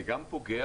זה גם פוגע,